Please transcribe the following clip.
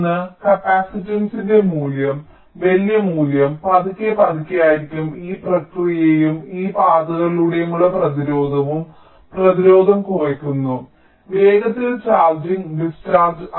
ഒന്ന് കപ്പാസിറ്റൻസിന്റെ മൂല്യം വലിയ മൂല്യം പതുക്കെ പതുക്കെയായിരിക്കും ഈ പ്രക്രിയയും ഈ പാതകളിലൂടെയുള്ള പ്രതിരോധവും പ്രതിരോധം കുറയ്ക്കുന്നു വേഗത്തിൽ ചാർജിംഗ് ഡിസ്ചാർജ്